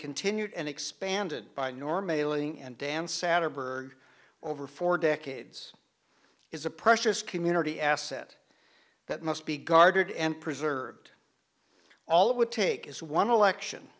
continued and expanded by nor mailing and dance saturn for over four decades is a precious community asset that must be guarded and preserved all it would take is one election